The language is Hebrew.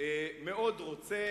מאוד רוצה